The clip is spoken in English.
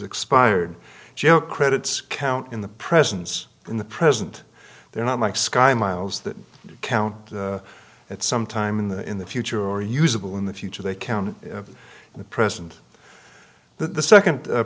expired joe credits count in the presence in the present they're not like sky miles that count at some time in the in the future or usable in the future they count in the present but the second